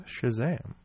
Shazam